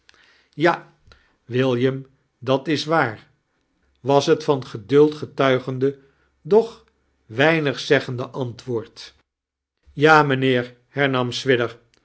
ja william dat is waar was het van geduld getuigende doch weinig zeggende antwoord ja mijnheer hexnam swidger